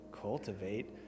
cultivate